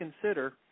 consider